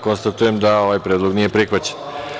Konstatujem da ovaj predlog nije prihvaćen.